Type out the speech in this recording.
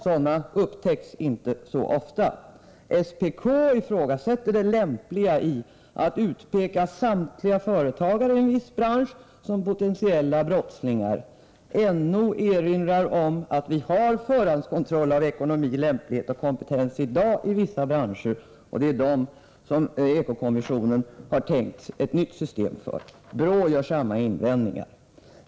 Sådana uppdagas inte så ofta. SPK ifrågasätter det lämpliga i att utpeka samtliga företagare i en viss bransch som potentiella brottslingar. Näringsfrihetsombudsmannen erinrar om att vi har förhandskontroll av ekonomi, lämplighet och kompetens redan i dag i vissa branscher och att det är de branscherna som EKO-kommissionen har tänkt sig ett nytt system för. BRÅ gör samma invändningar.